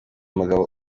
mugabo